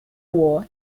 war